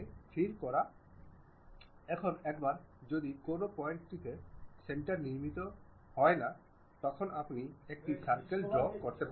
এই ত্রি ডাইমেনশনাল অবজেক্টের জন্য আসুন আমরা এটি আবার সেই সার্কেলের জন্য করি